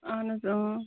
اہن حظ اۭں